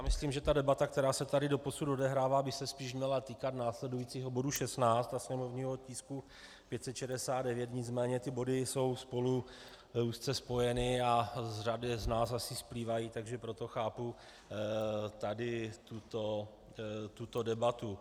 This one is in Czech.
Myslím, že debata, která se tady doposud odehrává, by se spíš měla týkat následujícího bodu 16, sněmovního tisku 569, nicméně ty body jsou spolu úzce spojeny a řadě z nás asi splývají, takže proto chápu tady tuto debatu.